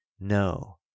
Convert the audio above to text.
no